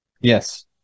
Yes